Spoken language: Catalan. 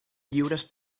lliures